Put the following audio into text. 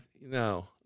No